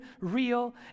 real